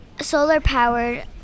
solar-powered